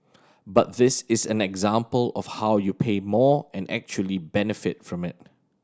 but this is an example of how you pay more and actually benefit from it